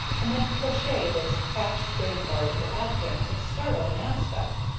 and then crochet this hashed rainbow into afghans of startling aspect.